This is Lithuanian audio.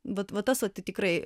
vat va tas va tai tikrai